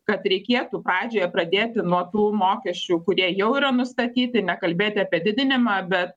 kad reikėtų pradžioje pradėti nuo tų mokesčių kurie jau yra nustatyti ne kalbėti apie didinimą bet